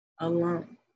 alone